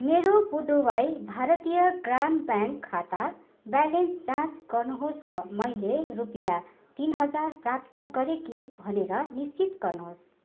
मेरो पुडुवाई भारतीय ग्राम ब्याङ्क खाता ब्यालेन्स जाँच गर्नुहोस् र मैले रुपियाँ तिन हजार प्राप्त गरेँ कि भनेर निश्चित गर्नुहोस्